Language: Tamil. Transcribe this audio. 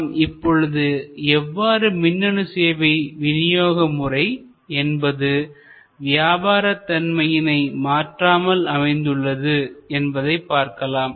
நாம் இப்பொழுது எவ்வாறு மின்னணு சேவை விநியோக முறை என்பது வியாபாரதன்மையினை மாற்றாமல் அமைந்துள்ளது என்பதை பார்க்கலாம்